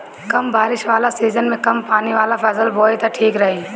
कम बारिश वाला सीजन में कम पानी वाला फसल बोए त ठीक रही